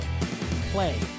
Play